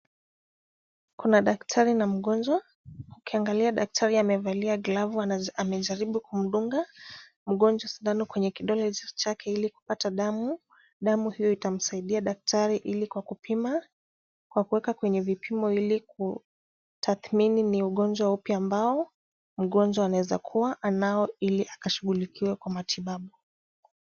Kuna daktari na mgonjwa, ukiangalia daktari amevalia glavu amejaribu kumdunga mgonjwa sindano kwenye kidole chake ili kupata damu, damu hiyo itamsaidia daktari ili kwa kupima kwa kuweka kwenye vipimo ili kutathmini ni ugonjwa upi ambao mgonjwa anaweza kuwa anao ili akashughulikiwe kwa matibabu.